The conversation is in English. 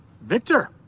Victor